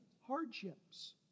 hardships